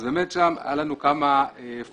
אז באמת שם היו לנו כמה פוקוסים.